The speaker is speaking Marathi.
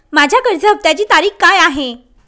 माझ्या कर्ज हफ्त्याची तारीख काय आहे?